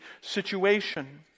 situation